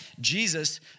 Jesus